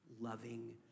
loving